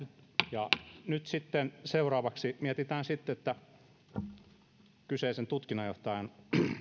ja nyt seuraavaksi mietitään sitten että kyseisen tutkinnanjohtajan